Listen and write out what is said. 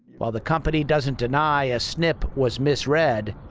while the company doesn't deny a snp was misread,